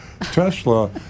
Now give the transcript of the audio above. Tesla